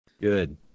Good